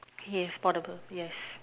he is spot table yes